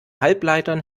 halbleitern